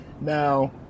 now